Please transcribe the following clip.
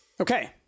Okay